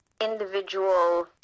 individual